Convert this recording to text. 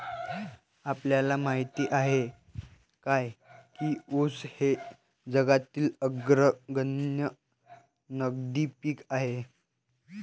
आपल्याला माहित आहे काय की ऊस हे जगातील अग्रगण्य नगदी पीक आहे?